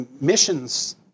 missions